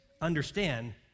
understand